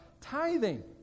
tithing